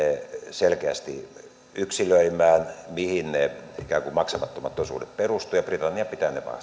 selkeästi yksilöimään mihin ne ikään kuin maksamattomat osuudet perustuvat ja britannian pitää ne